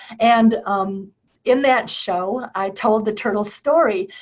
and um in that show, i told the turtle story,